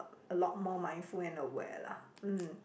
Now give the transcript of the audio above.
a lot more mindful and aware lah mm